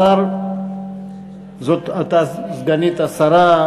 סגנית השר,